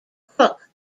crook